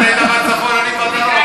אתה היית בצפון ואני בדרום,